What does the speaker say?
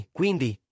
quindi